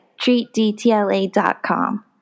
treatdtla.com